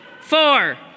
four